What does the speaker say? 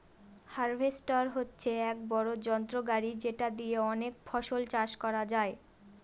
harvester হচ্ছে এক বড়ো যন্ত্র গাড়ি যেটা দিয়ে অনেক ফসল চাষ করা যায়